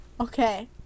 Okay